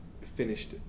finished